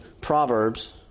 Proverbs